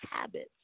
habits